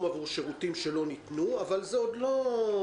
לאן כל זה הולך מהזווית שלכם.